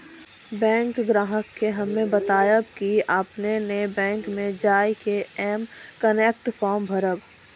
bank ग्राहक के हम्मे बतायब की आपने ने बैंक मे जय के एम कनेक्ट फॉर्म भरबऽ